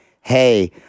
Hey